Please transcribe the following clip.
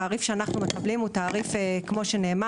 התעריף שאנחנו מקבלים הוא תעריף השעה,